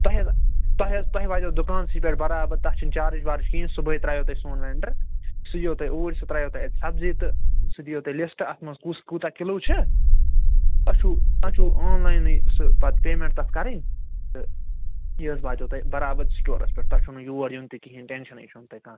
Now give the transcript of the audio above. تۄہہِ حظ تۄہہِ حظ تۄہہِ واتیٚو دُکانسٕے پٮ۪ٹھ برابر تتھ چھُنہٕ چارٕج وارٕج کِہیٖنۍ صُبحٲے ترایو تۄہہِ سوٗن ویٚنٛڈر سُہ یِیُِو تۄہہِ اوٗرۍ سُہ ترٛایو تۄہہِ اَتہِ سبزی تہٕ سُہ دِیِو تۄہہِ لِسٹہٕ اَتھ منٛز کُس کوٗتاہ کِلو چھِ تۄہہِ چھُو تۄہہِ چھُو آن لاینٕے سُہ پتہٕ پیمیٚنٛٹ تتھ کَرٕنۍ تہٕ یہِ حظ واتیٚو تۄہہِ برابر سِٹورس پٮ۪ٹھ تۄہہِ چھُو نہٕ یور یُن تہِ کِہیٖنۍ ٹیٚنشنٕے چھُو نہٕ تۄہہِ کانہہ